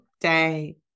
day